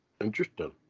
Interesting